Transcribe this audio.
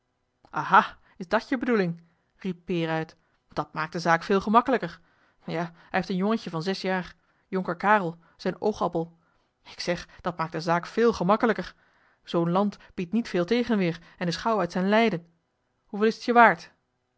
aha is dat je bedoeling riep peer uit dat maakt de zaak veel gemakkelijker ja hij heeft een jongetje van zes jaar jonker karel zijn oogappel ik zeg dat maakt de zaak veel gemakkelijker zoo'n kind biedt niet veel tegenweer en is gauw uit zijn lijden hoeveel is het je waard